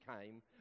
came